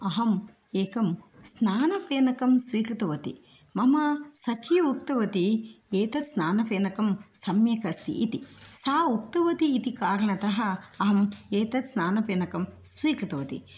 अहम् एकं स्नानपेनकं स्वीकृतवती मम सखी उक्तवती एतत् स्नानफेनकं सम्यक् अस्ति इति सा उक्तवती इति कारणतः अहं एतत् स्नानफेनकं स्वीकृतवती